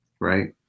Right